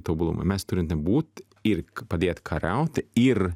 tobulumo mes turim ten būt ir padėt kariauti ir